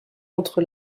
entre